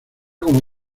como